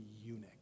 eunuch